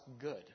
good